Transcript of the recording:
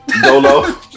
Dolo